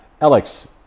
Alex